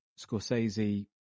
Scorsese